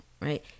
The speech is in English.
right